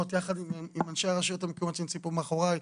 יחד עם אנשי הרשויות המקומיות שנמצאים כאן מאחורי.